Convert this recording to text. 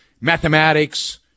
mathematics